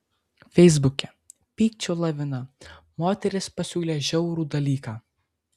feisbuke pykčio lavina moteris pasiūlė žiaurų dalyką